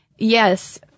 Yes